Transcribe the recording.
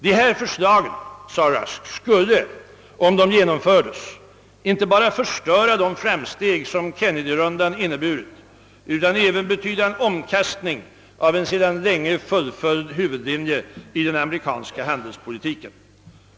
De här förslagen, sade Rusk, skulle om de genomfördes inte bara förstöra de framsteg som Kennedyronden inneburit utan även betyda en omkastning av en sedan länge fullföljd huvudlinje i den amerikanska handelspolitiken.